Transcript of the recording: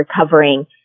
recovering